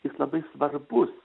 jis labai svarbus